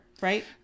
Right